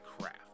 craft